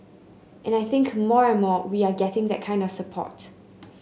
and I think more and more we are getting that kind of support